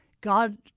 God